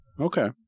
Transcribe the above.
Okay